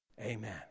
Amen